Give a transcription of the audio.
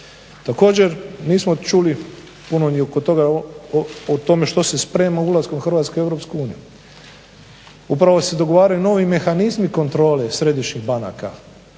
Također nismo čuli puno ni o tome što se sprema ulaskom Hrvatske u Europsku uniju. Upravo se dogovaraju novi mehanizmi kontrole središnjih banaka